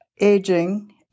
aging